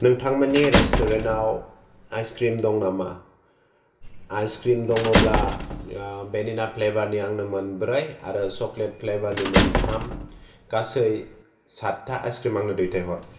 नोंथांमोननि रेस्तुरेन्ताव आइसक्रिम दं नामा आइसक्रिम दङब्ला बेनि नाट फ्लेवारनि आंनो मोनब्रै आरो सकलेट फ्लेवारनि मोनथाम गासै सातता आइसक्रिम आंनो दैथायहर